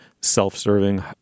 self-serving